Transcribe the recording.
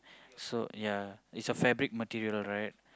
so ya it's a fabric material right